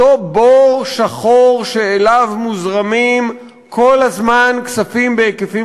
אותו בור שחור שאליו מוזרמים כל הזמן כספים בהיקפים